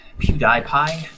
PewDiePie